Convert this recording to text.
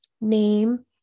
name